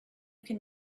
can